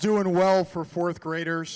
doing well for fourth graders